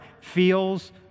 feels